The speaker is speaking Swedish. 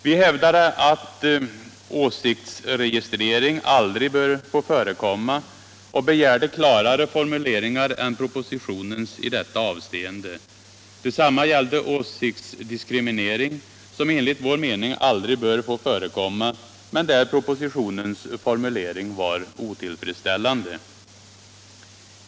Vi hävdade att åsiktsregistrering aldrig bör få förekomma och begärde klarare formuleringar än propositionens i detta avseende. Detsamma gällde åsiktsdiskriminering, som enligt vår mening aldrig bör få förekomma men där propositionens formulering var otillfredstiällande.